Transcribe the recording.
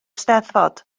steddfod